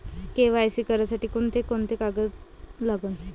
KYC करासाठी कोंते कोंते कागद लागन?